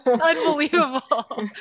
Unbelievable